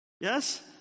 Yes